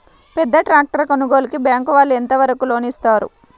పెద్ద ట్రాక్టర్ కొనుగోలుకి బ్యాంకు వాళ్ళు ఎంత వరకు లోన్ ఇవ్వగలరు?